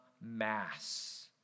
mass